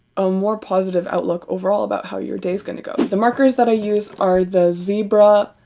a more positive outlook overall about how your day is gonna go. the markers that i use are the zebra.